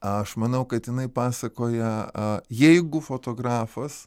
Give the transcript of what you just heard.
aš manau kad jinai pasakoja a jeigu fotografas